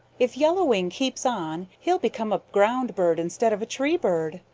if yellow wing keeps on he'll become a ground bird instead of a tree bird.